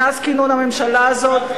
מאז כינון הממשלה הזאת,